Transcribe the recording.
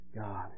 God